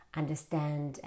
understand